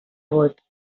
vot